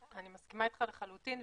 אני מסכימה אתך לחלוטין,